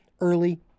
early